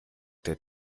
der